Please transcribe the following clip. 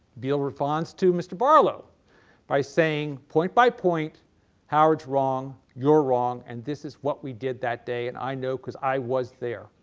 biele responds to mr. barlow by saying point by point howard's wrong, your're wrong, and this is what we did that day and i know because i was there.